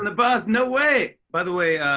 and but no way! by the way,